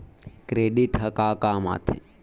Credit ह का काम आथे?